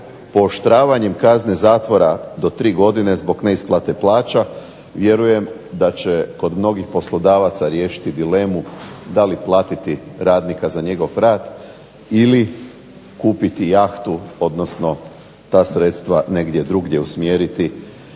pooštravanjem kazne zatvora do tri godine zbog neisplate plaća vjerujem da će kod mnogih poslodavaca riješiti dilemu da li platiti radnika za njegov rad ili kupiti jahtu, odnosno ta sredstva negdje drugdje usmjeriti